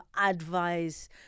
advice